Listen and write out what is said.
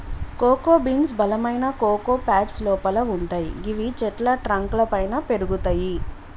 cocoa beans బలమైన cocoa pods లోపల వుంటయ్ గివి చెట్ల ట్రంక్ లపైన పెరుగుతయి